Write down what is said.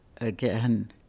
again